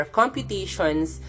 computations